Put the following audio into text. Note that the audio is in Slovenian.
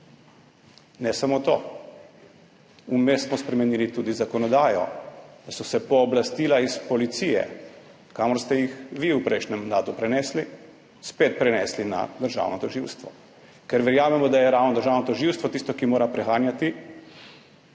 Ne samo to, vmes smo spremenili tudi zakonodajo, da so se pooblastila iz policije, kamor ste jih vi v prejšnjem mandatu prenesli, spet prenesli na državno tožilstvo. Ker verjamemo, da je ravno državno tožilstvo tisto, ki mora preganjati